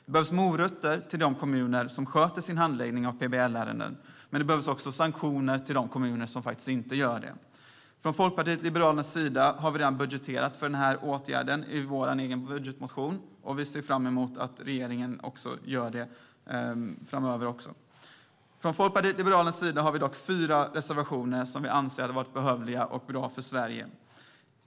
Det behövs morötter till de kommuner som sköter sin handläggning av PBL-ärenden, men det behövs också sanktioner för de kommuner som inte gör det. Vi i Folkpartiet liberalerna har redan budgeterat för denna typ av reglering i vår budgetmotion. Vi ser fram emot att regeringen också gör det framöver. Vi i Folkpartiet liberalerna har fyra reservationer om sådant som vi anser är behövligt och bra för Sverige.